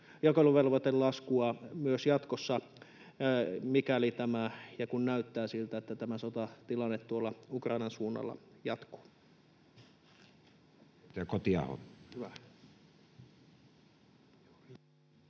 jakeluvelvoitelaskua myös jatkossa, mikäli ja kun näyttää siltä, että tämä sotatilanne tuolla Ukrainan suunnalla jatkuu?